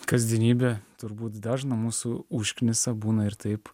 kasdienybė turbūt dažną mūsų užknisa būna ir taip